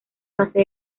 fase